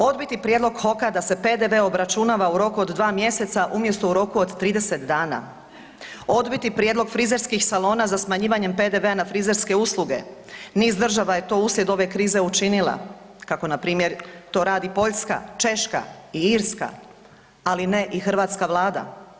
Odbiti prijedlog HOK-a da se PDV obračunava u roku od 2 mjeseca umjesto u roku od 30 dana, odbiti prijedlog frizerskih salona za smanjivanjem PDV-a na frizerske usluge, niz država je to uslijed ove krize učinila, kako npr. to radi Poljska, Češka i Irska, ali ne i hrvatska vlada.